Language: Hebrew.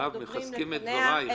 שאמרו הדוברים לפניה,